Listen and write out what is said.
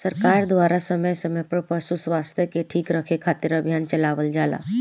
सरकार द्वारा समय समय पर पशु स्वास्थ्य के ठीक रखे खातिर अभियान चलावल जाला